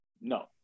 No